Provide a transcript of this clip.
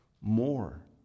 more